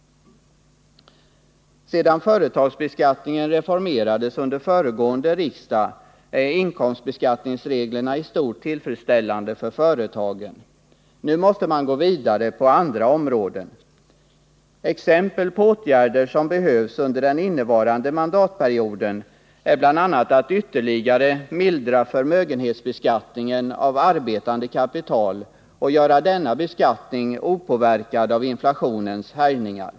Sedan företagsbeskattningen reformerades under föregående riksmöte är inkomstbeskattningsreglerna i stort tillfredsställande för företagen. Nu måste man gå vidare på andra områden. Exempel på åtgärder som behövs under den innevarande mandatperioden är bl.a. att ytterligare mildra förmögenhetsbeskattningen av arbetande kapital och göra denna beskattning opåverkad av inflationens härjningar.